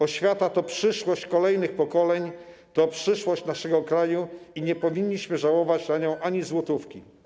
Oświata to przyszłość kolejnych pokoleń, to przyszłość naszego kraju i nie powinniśmy żałować na nią ani złotówki.